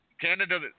Canada